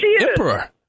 emperor